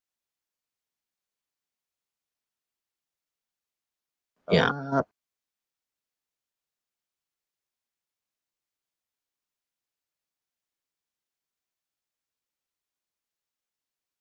ya